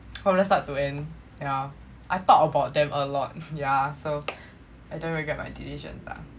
from start to end yeah I thought about them a lot yeah so I don't regret my decision lah